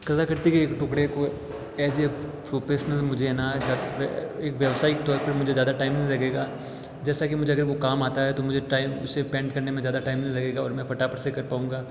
कलाकृति के एक टुकड़े को ऐज़ ए प्रोफेशनल मुझे है ना एक व्यावसायिक तौर पर मुझे ज़्यादा टाइम नहीं लगेगा जैसा कि मुझे अगर वो काम आता है तो मुझे टाइम उसे पेंट करने में ज़्यादा टाइम नहीं लगेगा और मैं फटाफट से कर पाऊँगा